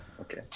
okay